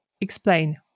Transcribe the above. explain